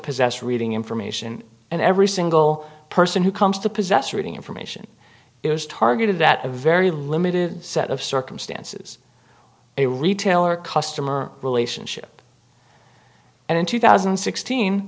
possess reading information and every single person who comes to possess reading information is targeted at a very limited set of circumstances a retailer customer relationship and in two thousand and sixteen